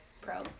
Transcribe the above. pro